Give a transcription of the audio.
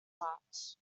hearts